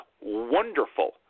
wonderful